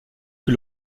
que